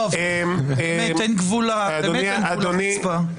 באמת אין גבול לחוצפה.